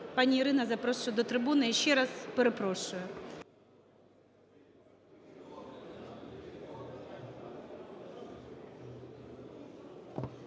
Пані Ірино, запрошую до трибуни. І ще раз перепрошую.